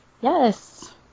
Yes